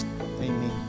amen